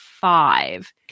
five